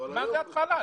מה זה בהתחלה?